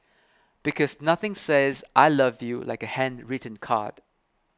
because nothing says I love you like a handwritten card